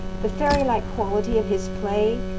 the fairylike quality of his play,